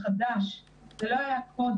זה חדש, זה לא היה קודם.